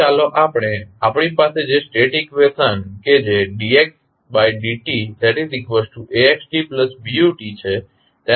હવે ચાલો આપણે આપણી પાસે જે સ્ટેટ ઇકવેશન કે જે dxdtAxtBut છે તેના પર વિચાર કરીએ